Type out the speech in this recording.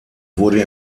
wurde